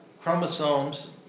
chromosomes